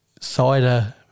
cider